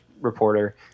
reporter